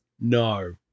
No